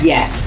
Yes